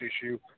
issue